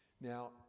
Now